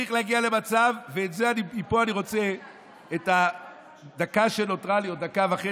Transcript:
צריך להגיע למצב ופה אני רוצה את הדקה שנותרה לי או דקה וחצי,